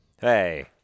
Hey